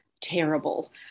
terrible